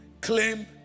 Claim